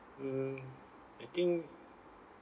mm I think